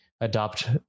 adopt